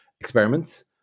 experiments